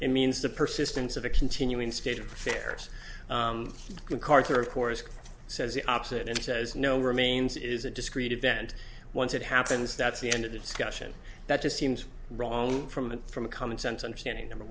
it means the persistence of a continuing state of affairs when carter of course says the opposite and says no remains is a discrete event once it happens that's the end of the discussion that just seems wrong from an from a common sense understanding number